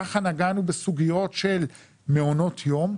ככה נגענו בסוגיות של מעונות יום,